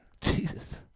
Jesus